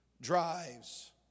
drives